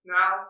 Now